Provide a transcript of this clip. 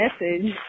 message